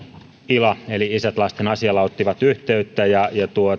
ila eli isät lasten asialla otti yhteyttä ja